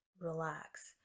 relax